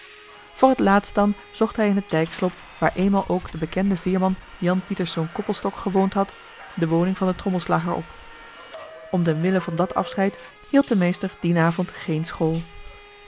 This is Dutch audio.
voor t laatst dan zocht hij in het dijkslop waar eenmaal ook de bekende veerman jan pieterszoon joh h been paddeltje de scheepsjongen van michiel de ruijter coppelstock gewoond had de woning van den trommelslager op om den wille van dat afscheid hield de meester dien avond geen school